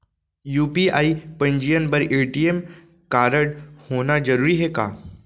UPI पंजीयन बर ATM कारडहोना जरूरी हे का?